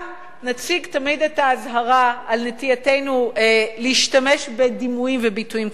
שגם נציג תמיד את האזהרה על נטייתנו להשתמש בדימויים וביטויים קיצוניים,